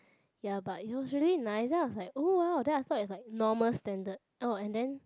ya but it was really nice then I was like oh !wow! then I thought it's like normal standard oh and then